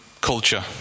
culture